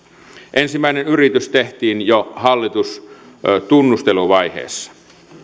ensimmäinen yritys tehtiin jo hallitustunnusteluvaiheessa